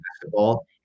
basketball